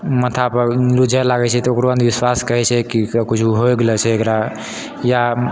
माथापर कुचरै लागै छै तऽ ओकरो अन्धविश्वास कहै छै की कुछ होइ गेलै छै एकरा या